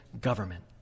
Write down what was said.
government